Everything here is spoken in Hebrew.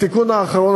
התיקון האחרון,